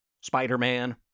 Spider-Man